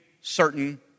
certain